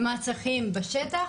מה הצרכים בשטח,